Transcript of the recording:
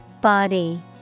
Body